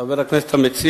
חבר הכנסת המציע,